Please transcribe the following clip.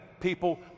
people